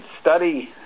study